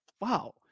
wow